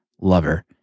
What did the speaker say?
lover